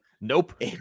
Nope